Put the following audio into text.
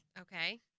Okay